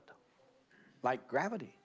it like gravity